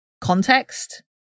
context